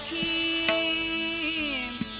e